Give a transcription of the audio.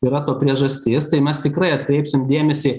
yra to priežastis tai mes tikrai atkreipsim dėmesį